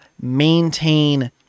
maintain